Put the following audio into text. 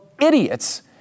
idiots